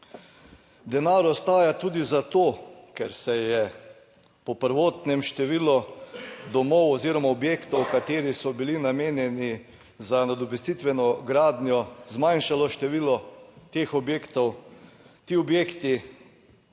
Denar ostaja tudi zato, ker se je po prvotnem številu domov oziroma objektov, kateri so bili namenjeni za nadomestitveno gradnjo, zmanjšalo število teh objektov. Ti objekti